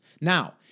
Now